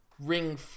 ring